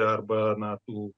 arba na tų